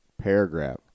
paragraph